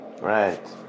Right